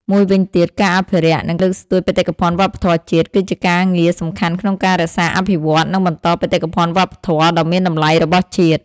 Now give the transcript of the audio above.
មួយវិញទៀតការអភិរក្ស និង លើកស្ទួយបេតិកភណ្ឌវប្បធម៌ជាតិ គឺជាការងារសំខាន់ក្នុងការរក្សា អភិវឌ្ឍ និងបន្តបេតិកភណ្ឌវប្បធម៌ដ៏មានតម្លៃរបស់ជាតិ។